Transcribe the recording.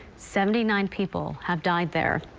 seventy nine people have died there.